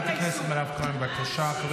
חברת הכנסת מירב כהן, בבקשה.